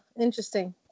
interesting